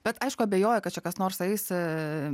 bet aišku abejoja kad čia kas nors eis